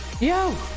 Yo